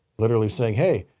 literally saying, hey,